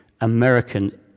American